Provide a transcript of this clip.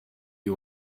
you